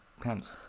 pants